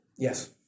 Yes